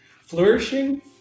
Flourishing